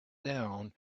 down